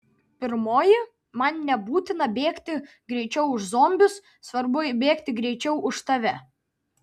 pirmoji man nebūtina bėgti greičiau už zombius svarbu bėgti greičiau už tave